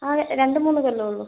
ആ രണ്ട് മൂന്ന് കൊല്ലം ഉള്ളൂ